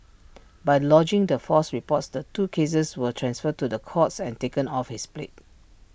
by lodging the false reports the two cases were transferred to the courts and taken off his plate